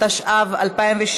התשע"ו 2016,